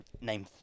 Name